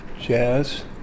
jazz